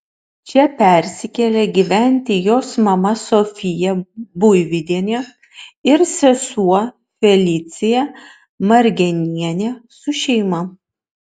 čia persikėlė gyventi jos mama sofija buividienė ir sesuo felicija margenienė su šeima